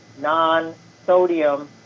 non-sodium